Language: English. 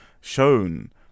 shown